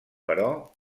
però